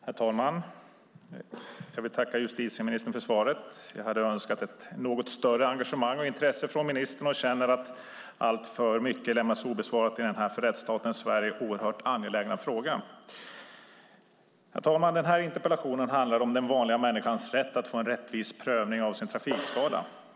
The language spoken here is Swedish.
Herr talman! Jag vill tacka justitieministern för svaret. Jag hade önskat ett något större engagemang och intresse från ministern och känner att alltför mycket har lämnats obesvarat i denna för rättstaten Sverige oerhört angelägna fråga. Herr talman! Den här interpellationen handlar om den vanliga människans rätt att få en rättvis prövning av sin trafikskada.